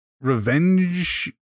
revenge